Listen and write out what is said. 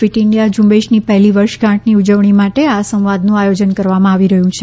fit India ઝુંબેશની પહેલી વર્ષગાંઠની ઉજવણી માટે આ સંવાદનું આયોજન કરવામાં આવી રહ્યું છે